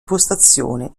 postazione